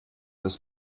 das